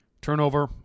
Turnover